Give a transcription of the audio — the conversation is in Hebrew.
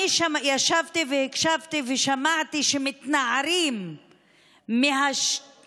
אני ישבתי שם והקשבתי ושמעתי שמתנערים מהתמיכה